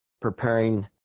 preparing